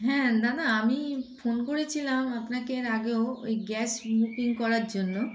হ্যাঁ দাদা আমি ফোন করেছিলাম আপনাকে আগেও ওই গ্যাস বুকিং করার জন্য